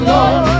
Lord